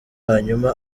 hanyuma